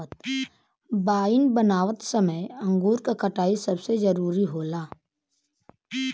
wine बनावत समय अंगूर क कटाई सबसे जरूरी होला